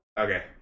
Okay